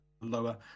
lower